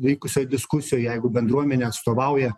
vykusioj diskusijoj jeigu bendruomenę atstovauja